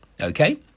Okay